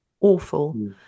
awful